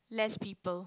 less people